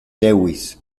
lewis